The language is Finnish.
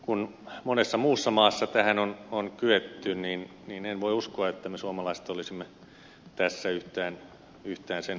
kun monessa muussa maassa tähän on kyetty niin en voi uskoa että me suomalaiset olisimme tässä yhtään sen huonompia